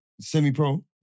Semi-pro